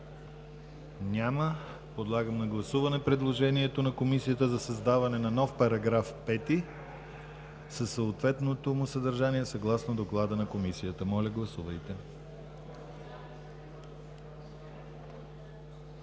Няма. Подлагам на гласуване предложението на Комисията за създаване на нов § 5 със съответното съдържание, съгласно доклада на Комисията. Гласували